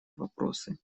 вопросы